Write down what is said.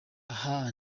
aha